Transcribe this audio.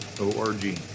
O-R-G